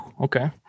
Okay